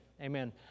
Amen